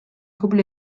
kabul